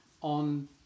on